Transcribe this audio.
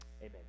Amen